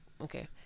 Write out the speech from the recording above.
Okay